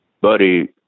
Buddy